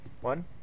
One